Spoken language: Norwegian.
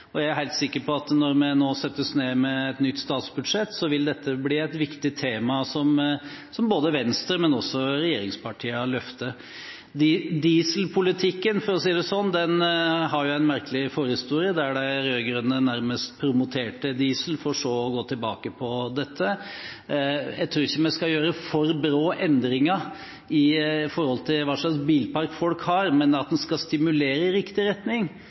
og jeg er helt sikker på at når vi nå setter oss ned med et nytt statsbudsjett, vil dette bli et viktig tema som både Venstre og også regjeringspartiene løfter. Dieselpolitikken – for å si det sånn – har en merkelig forhistorie, der de rød-grønne nærmest promoterte diesel, for så å gå tilbake på dette. Jeg tror ikke vi skal gjøre for brå endringer med tanke på hvilken bilpark folk har, men at en skal stimulere i riktig retning,